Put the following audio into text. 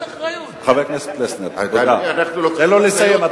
חבר הכנסת פלסנר, תן לו לסיים.